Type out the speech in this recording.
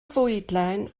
fwydlen